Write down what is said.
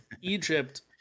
Egypt